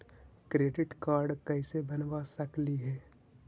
Credit card कैसे बनबा सकली हे?